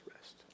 rest